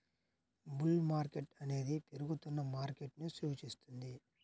bull market అనేది పెరుగుతున్న మార్కెట్ను సూచిస్తుంది